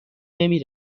نمی